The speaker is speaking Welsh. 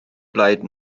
blaid